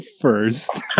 first